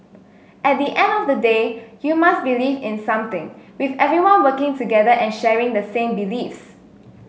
at the end of the day you must believe in something with everyone working together and sharing the same beliefs